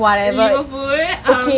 Liverpool um